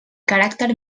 caràcter